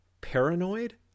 paranoid